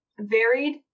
varied